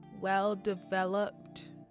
well-developed